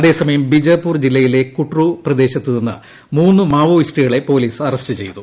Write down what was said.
അതേസമയം ബിജാപൂർ ജില്ലയിലെ കുട്റ്റു പ്രദേശത്ത് നിന്ന് മൂന്ന് മാവോയിസ്റ്റുകളെ പോലീസ് അറസ്റ്റു ചെയ്തു